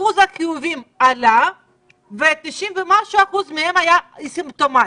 אחוז החיוביים עלה ו-90% ומשהו מהם היו אסימפטומטיים.